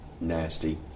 nasty